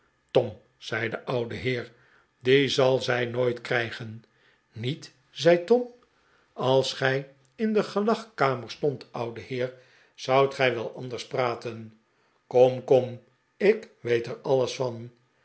tom zei de oude heer dien zal zij nooit krijgen niet zei tom als gij in de gelagkamer stondt oude heer zoudt gij wel anders praten kom kom ik weet er alles van